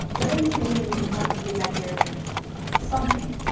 letting community collectively measure something.